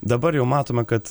dabar jau matome kad